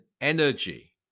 energy